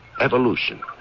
evolution